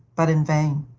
but in vain.